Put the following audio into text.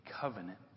covenant